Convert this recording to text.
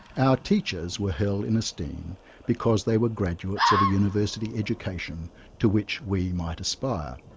our teachers were held in esteem because they were graduates of a university education to which we might aspire.